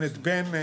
בן נוכח פה,